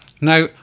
Now